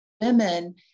women